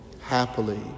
happily